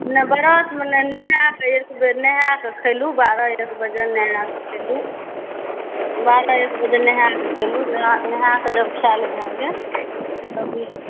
नहि व्रतमे नहि नहा कऽ एक बेर नहा कऽ खेलहुँ बारह एक बजे नमक खेलहुँ बारह एक बजे नहा कऽ खेलहुँ नहा कऽ जब खैल भए गेल